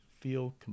feel